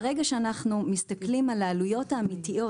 ברגע שאנחנו מסתכלים על העלויות האמיתיות